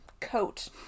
coat